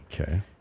Okay